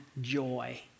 joy